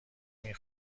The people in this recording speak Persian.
این